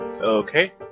Okay